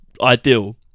ideal